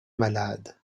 malade